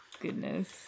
goodness